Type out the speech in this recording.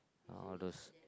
uh all those